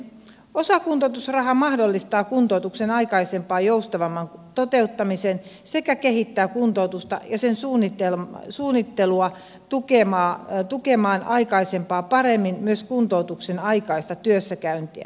osakuntoutusraha mahdollistaa kuntoutuksen aikaisempaa joustavamman toteuttamisen sekä kehittää kuntoutusta ja sen suunnittelua tukemaan aikaisempaa paremmin myös kuntoutuksen aikaista työssäkäyntiä